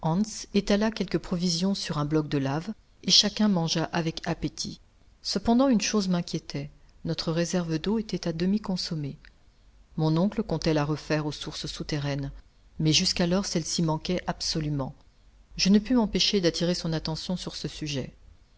hans étala quelques provisions sur un bloc de lave et chacun mangea avec appétit cependant une chose m'inquiétait notre réserve d'eau était à demi consommée mon oncle comptait la refaire aux sources souterraines mais jusqu'alors celles-ci manquaient absolument je ne pus m'empêcher d'attirer son attention sur ce sujet